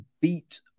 Beat